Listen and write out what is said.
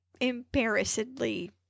embarrassedly